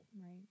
Right